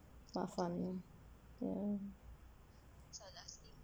but fun ya